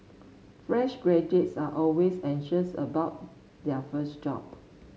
fresh graduates are always anxious about their first job